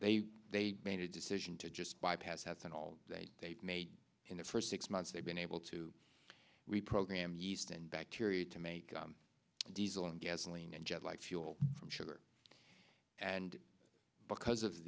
they they made a decision to just bypass hats and all that they made in the first six months they've been able to reprogram yeast and bacteria to make diesel and gasoline and jet like fuel from sugar and because of